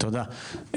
תודה,